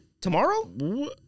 tomorrow